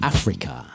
Africa